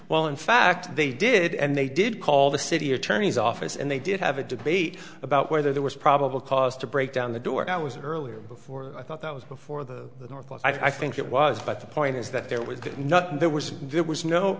while in fact they did and they did call the city attorney's office and they did have a debate about whether there was probable cause to break down the door it was earlier before i thought that was before the or what i think it was but the point is that there was no there was there was no